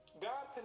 god